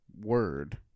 word